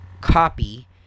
copy